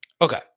Okay